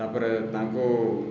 ତାପରେ ତାଙ୍କୁ